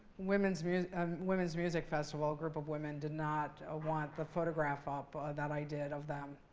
women's music um women's music festival, a group of women did not ah want the photograph up that i did of them.